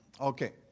Okay